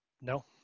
no